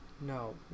no